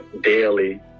daily